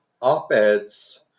op-eds